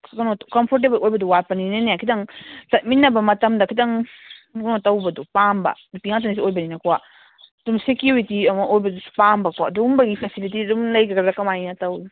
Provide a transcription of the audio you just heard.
ꯂꯝ ꯀꯝꯐꯣꯔꯇꯦꯕꯜ ꯑꯣꯏꯕꯗꯣ ꯋꯥꯠꯄꯅꯤꯅꯅꯦ ꯈꯤꯇꯪ ꯆꯠꯃꯤꯟꯅꯕ ꯃꯇꯝꯗ ꯈꯤꯇꯪ ꯀꯩꯅꯣ ꯇꯧꯕꯗꯣ ꯄꯥꯝꯕ ꯅꯨꯄꯤ ꯉꯥꯛꯇꯁꯨ ꯑꯣꯏꯕꯅꯤꯅꯀꯣ ꯑꯗꯨꯝ ꯁꯤꯀ꯭ꯌꯨꯔꯤꯇꯤ ꯑꯃ ꯑꯣꯏꯕꯗꯨꯁꯨ ꯄꯥꯝꯕꯀꯣ ꯑꯗꯨꯝꯕꯒꯤ ꯐꯦꯁꯤꯂꯤꯇꯤ ꯑꯗꯨꯝ ꯂꯩꯒꯗꯕ꯭ꯔꯥ ꯀꯃꯥꯏꯅ ꯇꯧꯅꯤ